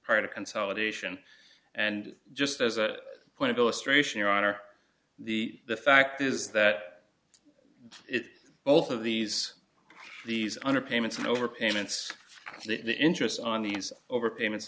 part of consolidation and just as a point of illustration or are the the fact is that it's both of these these under payments over payments to the interest on these over payments